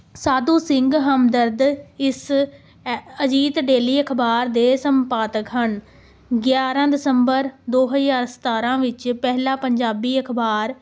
ਸਾਧੂ ਸਿੰਘ ਹਮਦਰਦ ਇਸ ਅ ਅਜੀਤ ਡੇਲੀ ਅਖਬਾਰ ਦੇ ਸੰਪਾਦਕ ਹਨ ਗਿਆਰ੍ਹਾਂ ਦਸੰਬਰ ਦੋ ਹਜ਼ਾਰ ਸਤਾਰ੍ਹਾਂ ਵਿੱਚ ਪਹਿਲਾ ਪੰਜਾਬੀ ਅਖਬਾਰ